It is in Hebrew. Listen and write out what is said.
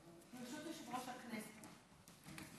ברשות יושב-ראש הכנסת,